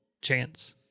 chance